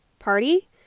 Party